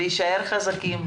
להישאר חזקים,